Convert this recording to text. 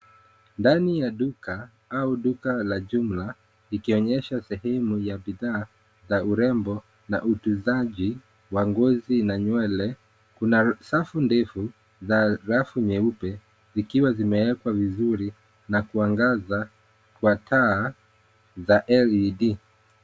Ndani ya duka au duka la jumla ikionyesha sehemu ya bidhaa za urembo na utunzaji wa ngozi na nywele, kuna safu ndefu za rafu nyeupe zikiwa zimewekwa vizuri na kuangaza kwa taa za led